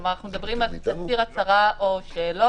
כלומר אנחנו מדברים על תצהיר, הצהרה או שאלון.